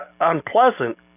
unpleasant